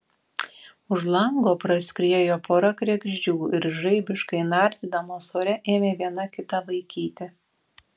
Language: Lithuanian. už lango praskriejo pora kregždžių ir žaibiškai nardydamos ore ėmė viena kitą vaikyti